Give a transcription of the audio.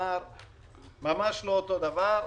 ממש לא אותו דבר.